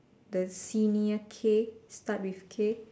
the senior K start with K